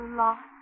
lost